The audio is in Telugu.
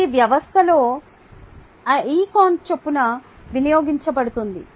ఇది వ్యవస్థలో rcon చొప్పున వినియోగించబడుతుంది